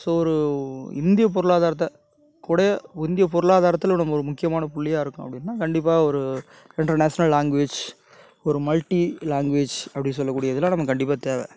so ஒரு இந்திய பொருளாதாரத்தை கூடையே ஒ இந்திய பொருளாதாரத்தில் நம்ம ஒரு முக்கியமான புள்ளியாக இருக்கோம் அப்படின்னா கண்டிப்பாக ஒரு இன்டர்நேஷ்னல் லாங்குவேஜ் ஒரு மல்ட்டி லாங்குவேஜ் அப்படி சொல்லக்கூடியதுலாம் நமக்கு கண்டிப்பாக தேவை